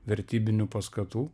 vertybinių paskatų